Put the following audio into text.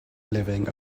living